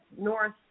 north